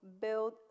Build